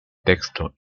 texto